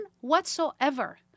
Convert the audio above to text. whatsoever